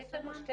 יש לנו שתי